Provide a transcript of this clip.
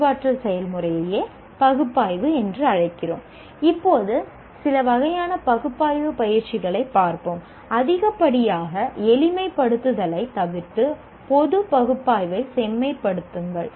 இப்போது சில வகையான பகுப்பாய்வு பயிற்சிகளை பார்ப்போம் அதிகப்படியாக எளிமைப்படுத்துதலை தவிர்த்து பொதுப் பகுப்பாய்வை செம்மை படுத்துங்கள்